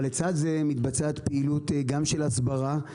אבל לצד זה, מתבצעת פעילות גם של הסברה.